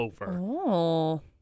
over